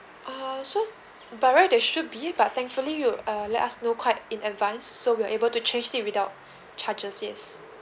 uh so by right there should be but thankfully you uh let us know quite in advance so we are able to change it without charges yes